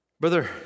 Brother